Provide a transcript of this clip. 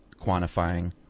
quantifying